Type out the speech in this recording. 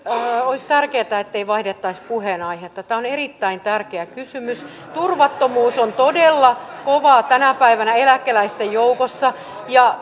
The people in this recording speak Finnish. olisi tärkeää ettei vaihdettaisi puheenaihetta tämä on erittäin tärkeä kysymys turvattomuus on todella kovaa tänä päivänä eläkeläisten joukossa ja